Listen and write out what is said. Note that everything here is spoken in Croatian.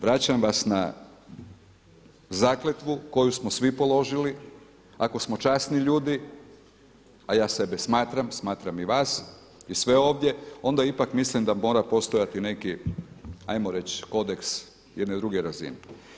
Vraćam vas na zakletvu koju smo svi položili ako smo časni ljudi, a ja sebe smatram, smatram i vas i sve ovdje, onda ipak mislim da mora postojati neki, ajmo reći kodeks jedne druge razine.